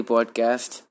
Podcast